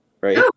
Right